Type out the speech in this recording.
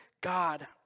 God